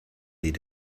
eat